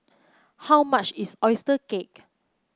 how much is oyster cake